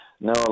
no